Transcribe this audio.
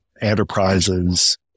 enterprises